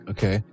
Okay